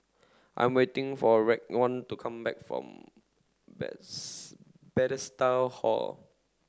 I am waiting for Raekwon to come back from Bethesda Hall